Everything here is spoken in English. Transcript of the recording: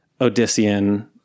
Odyssean